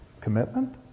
commitment